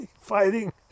fighting